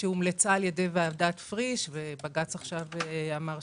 שהומלצה על ידי ועדת פריש, ובג"ץ עכשיו רמז